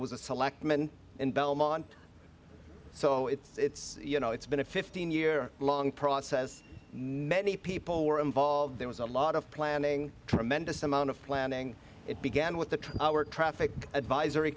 was a selectman in belmont so it's you know it's been a fifteen year long process many people were involved there was a lot of planning a tremendous amount of planning it began with the traffic advisory